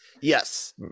yes